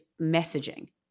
messaging